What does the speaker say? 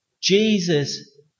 Jesus